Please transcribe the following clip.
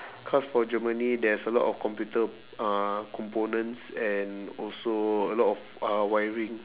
cause for germany there's a lot of computer uh components and also a lot of uh wiring